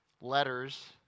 letters